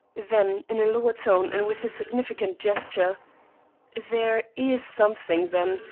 then in a lower tone and with a significant gesture there is something, then,